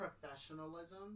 professionalism